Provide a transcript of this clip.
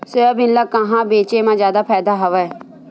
Soybean ल कहां बेचे म जादा फ़ायदा हवय?